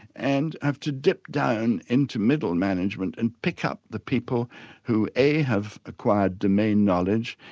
and have to dip down into middle management and pick up the people who a have acquired domain knowledge,